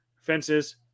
fences